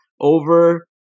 over